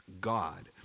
God